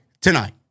tonight